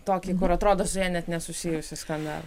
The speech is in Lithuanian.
tokį kur atrodo su ja net nesusijusį skandalą